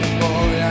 boy